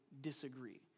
disagree